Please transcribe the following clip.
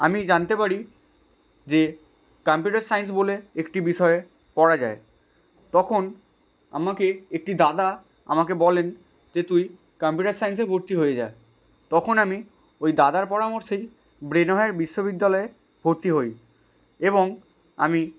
আমি জানতে পারি যে কাম্পিউটার সাইন্স বলে একটি বিষয়ে পড়া যায় তখন আমাকে একটি দাদা আমাকে বলেন যে তুই কাম্পিউটার সাইন্সে ভর্তি হয়ে যা তখন আমি ওই দাদার পরামর্শেই ব্রেনওয়্যার বিশ্ববিদ্যালয়ে ভর্তি হই এবং আমি